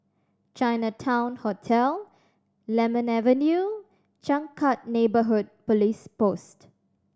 Chinatown Hotel Lemon Avenue Changkat Neighbourhood Police Post